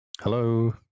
Hello